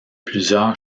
plusieurs